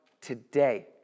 today